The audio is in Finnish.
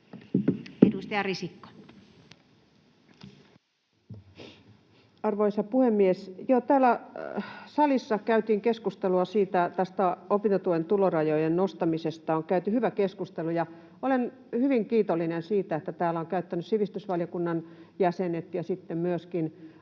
18:17 Content: Arvoisa puhemies! Täällä salissa käytiin keskustelua opintotuen tulorajojen nostamisesta. On käyty hyvä keskustelu, ja olen hyvin kiitollinen siitä, että täällä ovat sivistysvaliokunnan jäsenet ja myöskin